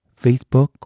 Facebook